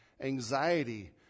anxiety